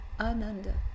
ananda